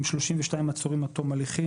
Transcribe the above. עם 32 עצורים עד תום הליכים,